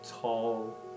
tall